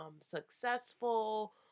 successful